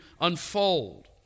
unfold